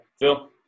Phil